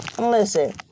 Listen